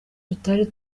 tutari